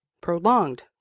prolonged